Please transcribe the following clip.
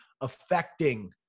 affecting